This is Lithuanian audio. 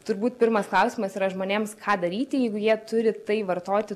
turbūt pirmas klausimas yra žmonėms ką daryti jeigu jie turi tai vartoti